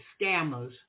scammers